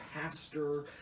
Pastor